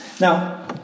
Now